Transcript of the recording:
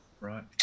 Right